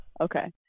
Okay